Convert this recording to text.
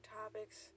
topics